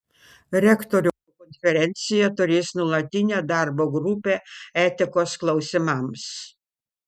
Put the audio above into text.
rektorių konferencija turės nuolatinę darbo grupę etikos klausimams